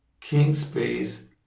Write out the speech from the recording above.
Kingspace